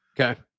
Okay